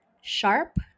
Sharp